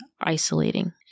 isolating